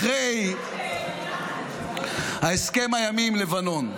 אחרי ההסכם הימי עם לבנון,